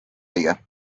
õige